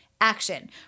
action